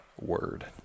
word